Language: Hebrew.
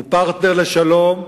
הוא פרטנר לשלום,